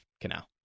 Canal